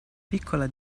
piccola